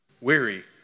weary